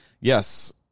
yes